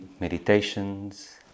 meditations